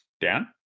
Dan